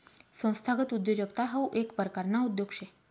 संस्थागत उद्योजकता हाऊ येक परकारना उद्योग शे